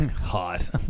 Hot